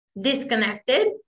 Disconnected